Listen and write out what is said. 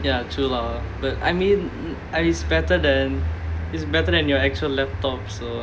ya true lah but I mean I it's better than is better than your actual laptop so